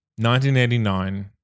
1989